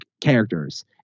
characters